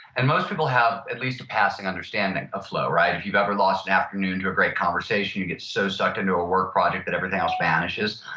and most people have at least a passing understanding of flow, right? if you've ever lost an afternoon to a great conversation, if you get so sucked into a work project that everything else vanishes,